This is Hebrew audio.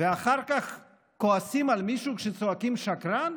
ואחר כך כועסים על מישהו כשצועקים "שקרן"?